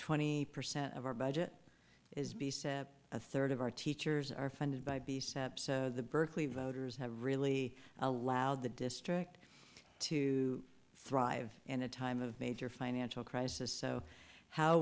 twenty percent of our budget is be set up a third of our teachers are funded by be set up so the berkeley voters have really allowed the district to thrive in a time of major financial crisis so how